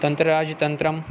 તંત્ર રાજ તંત્રમ